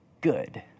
good